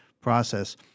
process